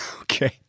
Okay